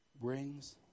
brings